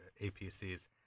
APCs